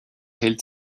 hält